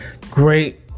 Great